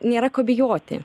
nėra ko bijoti